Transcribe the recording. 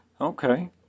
Okay